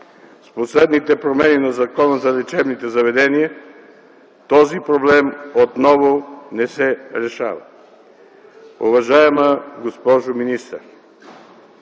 С последните промени на Закона за лечебните заведения този проблем отново не се решава. Уважаема госпожо министър,